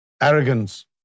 Arrogance